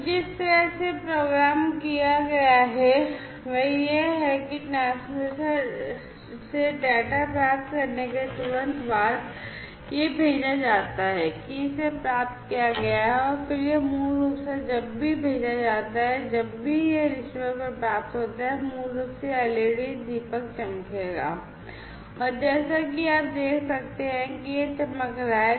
तो जिस तरह से यह प्रोग्राम किया गया है वह यह है कि ट्रांसमीटर से डेटा प्राप्त करने के तुरंत बाद यह भेजा जाता है की इसे प्राप्त किया गया है और फिर यह मूल रूप से जब भी भेजा जाता है जब भी यह रिसीवर को प्राप्त होता है मूल रूप से यह एलईडी दीपक चमकेगा और जैसा कि आप देख सकते हैं कि यह चमक रहा है